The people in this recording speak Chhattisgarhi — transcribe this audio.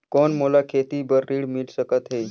कौन मोला खेती बर ऋण मिल सकत है?